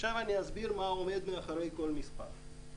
עכשיו אני אסביר מה עומד מאחורי כל מספר: